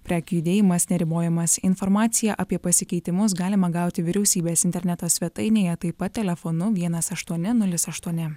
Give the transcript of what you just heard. prekių judėjimas neribojamas informaciją apie pasikeitimus galima gauti vyriausybės interneto svetainėje taip pat telefonu vienas aštuoni nulis aštuoni